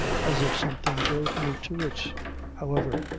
as if something drove me to it however,